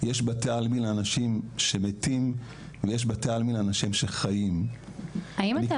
יש בתי עלמין לאנשים שמתים ויש בתי עלמין לאנשים שחיים --- האם אתה